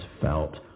felt